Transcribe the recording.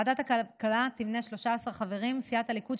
ועדת הכלכלה תמנה 13 חברים: סיעת הליכוד,